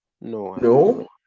No